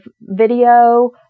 video